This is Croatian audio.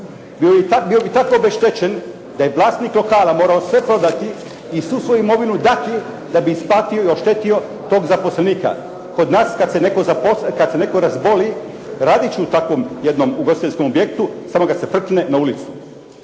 bio bi tako obeštećen da je vlasnik lokala morao sve prodati i svu svoju imovinu dati da bi isplatio i obeštetio tog zaposlenika. Kod nas kad se netko razboli radeći u takvom jednom ugostiteljskom objektu samo ga se frkne na ulicu.